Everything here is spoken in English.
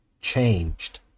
changed